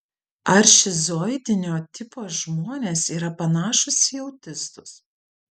ar šizoidinio tipo žmonės yra panašūs į autistus